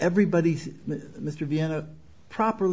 everybody mr vienna properly